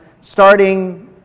starting